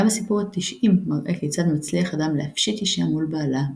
גם הסיפור התשעים מראה כיצד מצליח אדם להפשיט אשה מול בעלה,